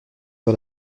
sur